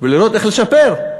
ולראות איך לשפר,